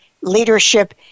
Leadership